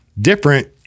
different